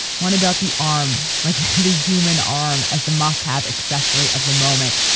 one about the arm, like the human arm, as the must have accessory of the moment.